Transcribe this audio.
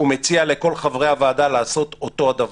ומציע לכל חברי הוועדה לעשות אותו הדבר.